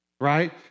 right